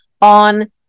on